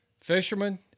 fishermen